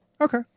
Okay